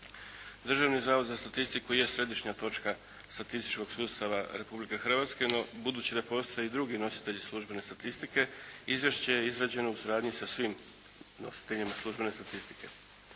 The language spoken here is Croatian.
Državni zavod za statistiku je središnja točka statističkog sustava Republike Hrvatske no budući da postoji i drugi nositelji službene statistike izvješće je izrađeno u suradnji sa svim nositeljima službene statistike.